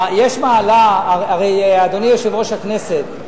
אדוני יושב-ראש הכנסת,